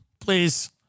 please